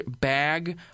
bag